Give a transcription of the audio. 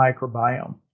microbiome